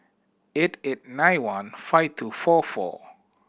eight eight nine one five two four four